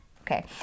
Okay